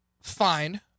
fine